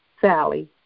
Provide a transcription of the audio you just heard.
Sally